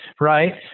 right